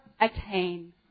attain